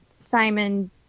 Simon